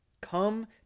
come